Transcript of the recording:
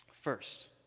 First